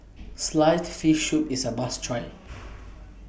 Sliced Fish Soup IS A must Try